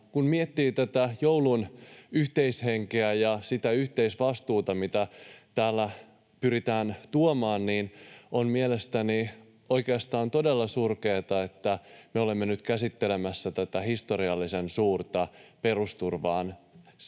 kun miettii tätä joulun yhteishenkeä ja sitä yhteisvastuuta, mitä täällä pyritään tuomaan, niin on mielestäni oikeastaan todella surkeata, että me olemme nyt käsittelemässä tätä historiallisen suurta perusturvaan